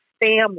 family